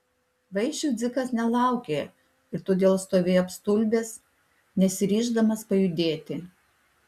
vaišių dzikas nelaukė ir todėl stovėjo apstulbęs nesiryždamas pajudėti